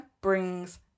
brings